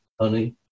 Honey